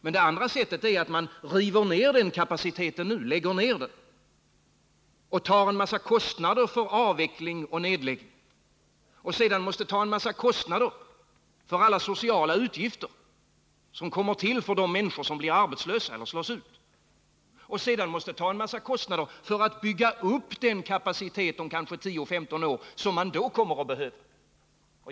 Men det andra sättet är att man river ned kapaciteten nu, lägger ned den och tar en massa kostnader för avveckling och nedläggning. Sedan måste man ta en massa kostnader för alla sociala utgifter som kommer till för de människor som blir arbetslösa eller slås ut. Vidare måste man ta en massa kostnader för att om kanske 10-15 år bygga upp den kapacitet som man då kommer att behöva.